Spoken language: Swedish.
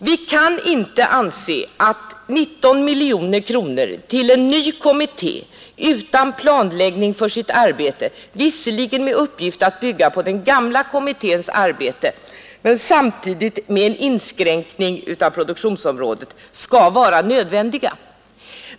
Vi kan inte inse att 19 miljoner kronor till en ny kommitté utan planläggning för sitt arbete, visserligen med uppgifter att bygga på den gamla kommitténs arbete men samtidigt med en inskränkning på produktionsområdet, kan vara nödvändiga.